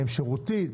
האם שירותים?